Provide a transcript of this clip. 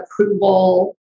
approval